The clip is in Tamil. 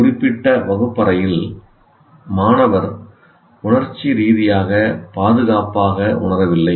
ஒரு குறிப்பிட்ட வகுப்பறையில் மாணவர் உணர்ச்சி ரீதியாக பாதுகாப்பாக உணரவில்லை